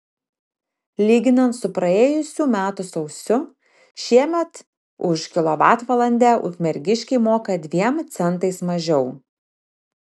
lyginant su praėjusių metų sausiu šiemet už kilovatvalandę ukmergiškiai moka dviem centais mažiau